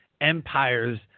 empires